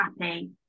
happy